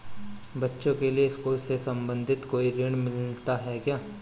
बच्चों के लिए स्कूल से संबंधित कोई ऋण मिलता है क्या?